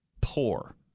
poor